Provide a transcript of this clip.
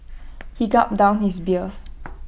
he gulped down his beer